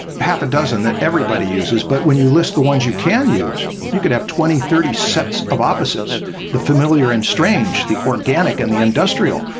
half a dozen that everybody uses, but when you list the ones you can use, you could have twenty, thirty sets of opposites the familiar and strange, the organic organic and the industrial.